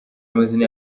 amazina